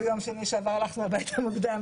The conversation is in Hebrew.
ביום שני שעבר הלכנו הביתה מוקדם,